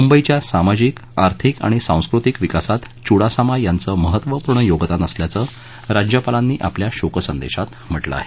मुंबईच्या सामाजिक आर्थिक आणि सांस्कृतिक विकासात चुडासामा यांचं महत्त्वपूर्ण योगदान असल्याचं राज्यपालांनी आपल्या शोकसंदेशात म्हटलं आहे